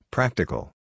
Practical